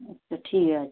আচ্ছা ঠিক আছে